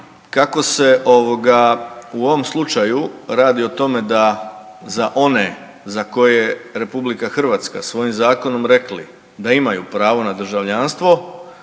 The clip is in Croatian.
Kako se ovoga u ovom slučaju radi o tome da za one za koje je RH svojim zakonom rekli da imaju pravo na državljanstvo